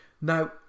Now